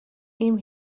ийм